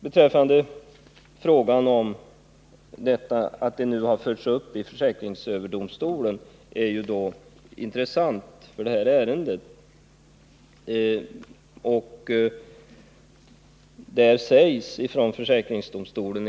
Med tanke på detta ärende är det intressant att frågan tas upp i försäkringsöverdomstolen.